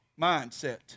mindset